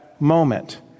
moment